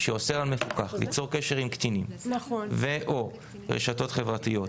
שאוסר על מפוקח ליצור קשר עם קטינים וברשתות חברתיות